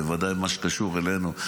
בוודאי במה שקשור אלינו,